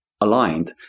aligned